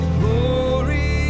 glory